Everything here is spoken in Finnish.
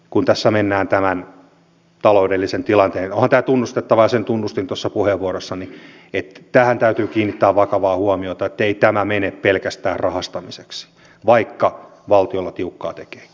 kun tässä mennään tämän taloudellisen tilanteen mukaan niin onhan tämä tunnustettava ja sen tunnustin tuossa puheenvuorossani että tähän täytyy kiinnittää vakavaa huomiota ettei tämä mene pelkästään rahastamiseksi vaikka valtiolla tiukkaa tekeekin